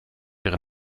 ihre